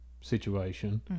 situation